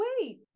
wait